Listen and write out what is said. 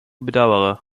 bedauere